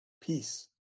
peace